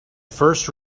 first